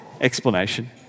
explanation